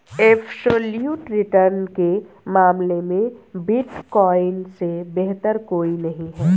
absolute return के मामले में बिटकॉइन से बेहतर कोई नहीं है